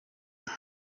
boo